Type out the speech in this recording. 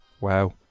Wow